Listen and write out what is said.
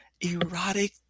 erotic